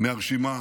מהרשימה